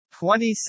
26